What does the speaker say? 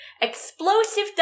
Explosive